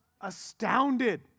astounded